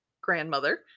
grandmother